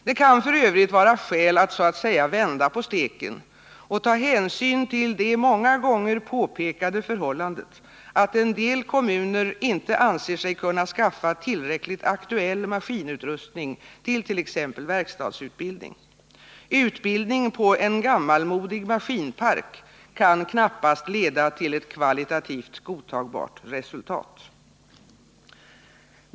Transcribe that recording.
Det kan f. ö. vara skäl att så att säga vända på steken och ta hänsyn till det många gånger påpekade förhållandet att en del kommuner inte anser sig kunna skaffa tillräckligt aktuell maskinutrustning för t.ex. verkstadsutbild ning. Utbildning på en gammalmodig maskinpark kan knappast leda till ett kvalitativt godtagbart resultat.